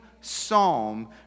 psalm